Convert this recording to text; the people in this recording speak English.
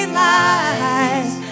lies